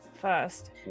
first